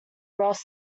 ross